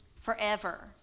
forever